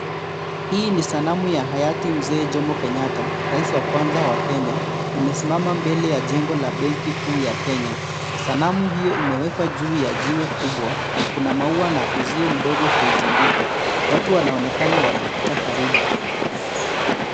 Hii ni sanamu ya hayati mzee Jomo Kenyatta, rais wa kwanza wa Kenya imesimama mbele ya jengo la benki kuu ya Kenya. Sanamu hiyo imewekwa juu ya jiwe kubwa na kuna maua na uzio mdogo kuizunguka, watu wanaonekana wakipita karibu.